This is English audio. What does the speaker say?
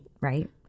Right